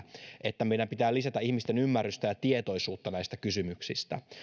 että meidän pitää lisätä ihmisten ymmärrystä ja tietoisuutta näistä kysymyksistä